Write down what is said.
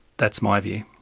that's my view.